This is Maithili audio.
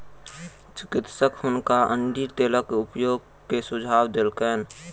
चिकित्सक हुनका अण्डी तेलक उपयोग के सुझाव देलकैन